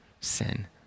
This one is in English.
sin